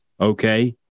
okay